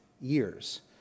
years